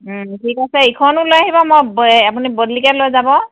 ওম ঠিক আছে ইখনো লৈ আহিব মই আপুনি বদলিকে লৈ যাব